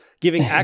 giving